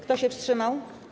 Kto się wstrzymał?